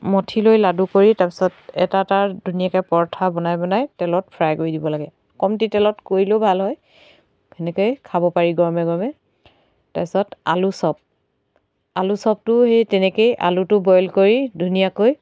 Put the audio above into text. মঠি লৈ লাডু কৰি তাৰপিছত এটা এটা ধুনীয়াকৈ পৰঠা বনাই বনাই তেলত ফ্ৰাই কৰি দিব লাগে কমতি তেলত কৰিলেও ভাল হয় সেনেকৈয়ে খাব পাৰি গৰমে গৰমে তাৰপাছত আলু চপ আলু চপটো সেই তেনেকৈয়ে আলুটো বইল কৰি ধুনীয়াকৈ